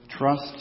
Trust